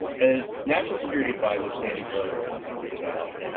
as national security advisor sandy berger once pointed out,